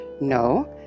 No